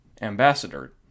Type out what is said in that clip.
ambassador